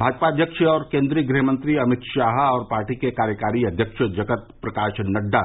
भाजपा अध्यक्ष और केंद्रीय गृहमंत्री अमित शाह और पार्टी के कार्यकारी अध्यक्ष जगत प्रकाश नड्डा